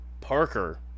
Parker